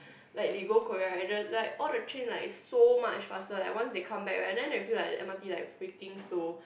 like they go Korea and the like all the train like so much faster like once they come back right then they feel like the M_R_T like freaking slow